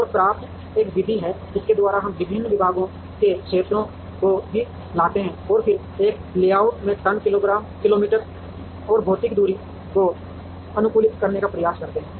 और CRAFT एक विधि है जिसके द्वारा हम विभिन्न विभागों के क्षेत्रों को भी लाते हैं और फिर एक लेआउट में टन किलोमीटर या भौतिक दूरी को अनुकूलित करने का प्रयास करते हैं